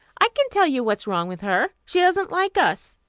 i can tell you what's wrong with her. she doesn't like us.